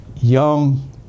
young